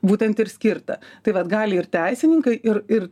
būtent ir skirta tai vat gali ir teisininkai ir ir